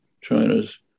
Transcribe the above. China's